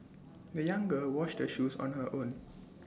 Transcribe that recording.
the young girl washed her shoes on her own